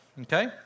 okay